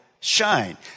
shine